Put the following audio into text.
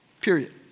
Period